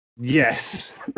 Yes